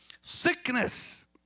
Sickness